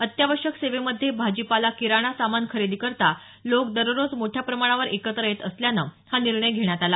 अत्यावश्यक सेवेमध्ये भाजीपाला किराणा सामान खरेदीकरता लोक दररोज मोठ्या प्रमाणावर एकत्र येत असल्यानं हा निर्णय घेण्यात आला